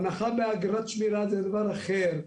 הנחה באגרת שמירה זה דבר אחר.